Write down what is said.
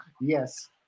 Yes